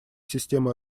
системы